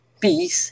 Peace